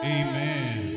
amen